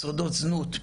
שורדות זנות,